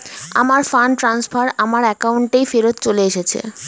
আমার fund transfer আমার অ্যাকাউন্টেই ফেরত চলে এসেছে